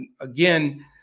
again